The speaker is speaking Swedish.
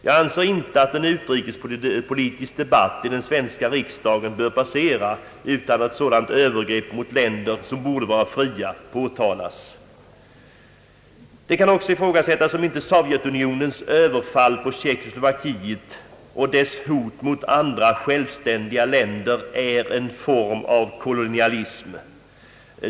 Jag anser att en utrikespolitisk debatt i den svenska riksdagen inte bör passera utan att ett sådant övergrepp mot länder som borde vara fria påtalas. Det kan också ifrågasättas om inte Sovjetunionens överfall på Tjeckoslovakien och dess hot mot andra självständiga länder är en form av kolonialism.